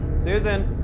susan,